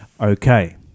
Okay